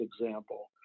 example